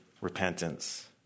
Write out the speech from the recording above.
repentance